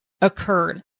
occurred